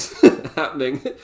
happening